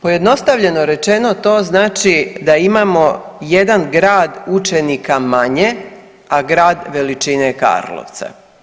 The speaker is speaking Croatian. Pojednostavljeno rečeno to znači da imamo jedan grad učenika manje, a grad veličine Karlovca.